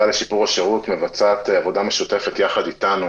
לשיפור השירות מבצעת עבודה משותפת ביחד איתנו,